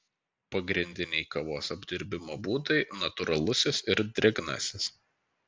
pagrindiniai kavos apdirbimo būdai natūralusis ir drėgnasis